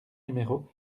numéro